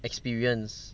experience